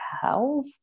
health